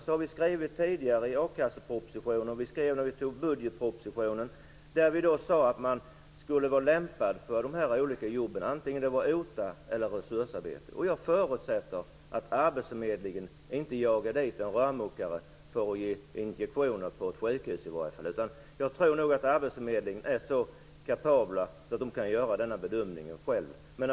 Vi har tidigare skrivit i a-kassepropositionen, och vi skrev när budgetpropositionen antogs, att man skall vara lämpad för de olika jobben, t.ex. resursarbete. Jag förutsätter att arbetsförmedlingen inte jagar dit en rörmokare för att ge injektioner på ett sjukhus. Jag tror att man på arbetsförmedlingarna är så kapabla att man kan göra den bedömningen själva.